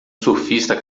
surfista